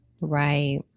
Right